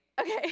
Okay